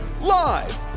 Live